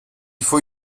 faut